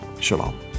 Shalom